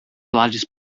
largest